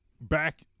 back